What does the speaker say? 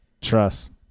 trust